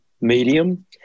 medium